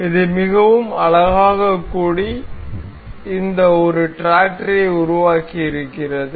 இது மிகவும் அழகாக கூடி இந்த ஒரு டிராக்டரை உருவாக்கியிருக்கிறது